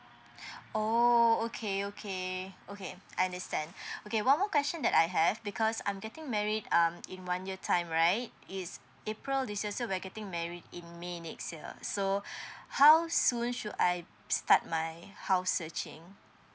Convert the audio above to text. oh okay okay okay I understand okay one more question that I have because I'm getting married um in one year time right is april this year so we're getting married in may next year so how soon should I start my house searching